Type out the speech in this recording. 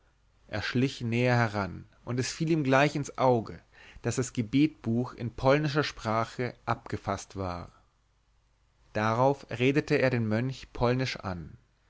er schlich näher heran und es fiel ihm gleich ins auge daß das gebetbuch in polnischer sprache abgefaßt war darauf redete er den mönch polnisch an